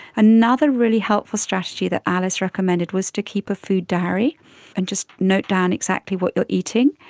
another really helpful strategy that alice recommended was to keep a food diary and just note down exactly what you are eating.